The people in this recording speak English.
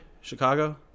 Chicago